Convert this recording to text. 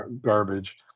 garbage